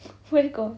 where got